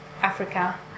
Africa